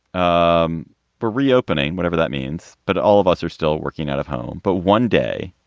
um for reopening whatever that means. but all of us are still working out of home. but one day,